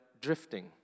drifting